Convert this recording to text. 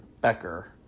Becker